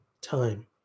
time